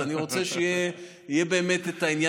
אז אני רוצה שיהיה באמת את העניין הזה.